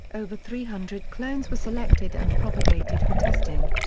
over three hundred clones were selected and propagated for testing.